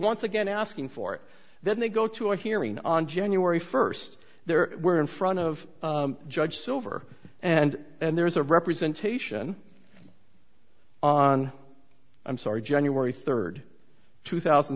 once again asking for it then they go to a hearing on january first there were in front of judge silver and and there is a representation on i'm sorry january third two thousand